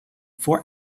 for